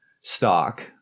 stock